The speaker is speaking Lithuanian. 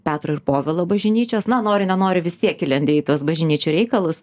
petro ir povilo bažinyčios na nori nenori vis tiek įlindi į tuos bažinyčių reikalus